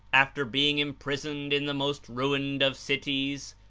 after being imprisoned in the most ruined of cities?